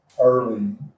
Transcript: early